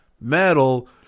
Metal